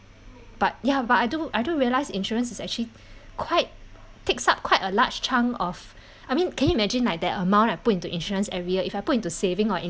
but ya but I do I do realise insurance is actually quite takes up quite a large chunk of I mean can you imagine like that amount I put into insurance every year if I put into savings or